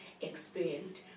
experienced